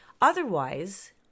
Otherwise